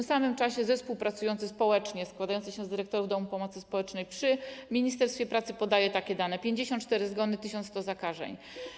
W tym samym czasie zespół pracujący społecznie, składający się z dyrektorów domów pomocy społecznej przy ministerstwie pracy, podaje takie dane: 54 zgony i 1100 zakażeń.